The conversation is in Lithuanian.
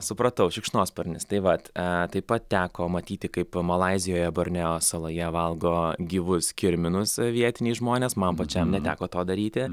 supratau šikšnosparnis tai vat taip pat teko matyti kaip malaizijoje borneo saloje valgo gyvus kirminus vietiniai žmonės man pačiam neteko to daryti